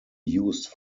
used